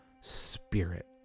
spirit